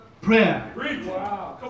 Prayer